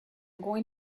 going